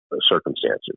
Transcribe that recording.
circumstances